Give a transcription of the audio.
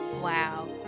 Wow